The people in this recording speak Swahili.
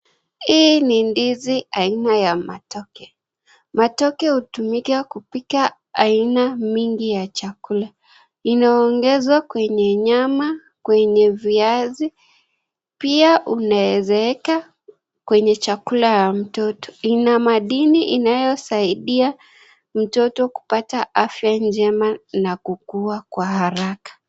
Hii ni ndizi aina ya matoke, matoke hutumika kupika aina mingi ya chakula. Inaongezwa kwenye nyama, kwenye viazi, pia unaweza weka kwenye chakula ya mtoto. Ina madini inayosaidia mtoto kupata afya njema na kukua kwa haraka.